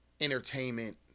entertainment